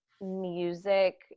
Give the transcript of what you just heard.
music